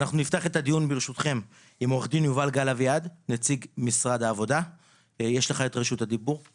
אנחנו כמובן נקיים הצבעה בסוף.